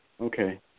Okay